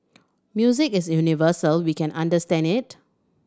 music is universal we can understand it